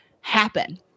happen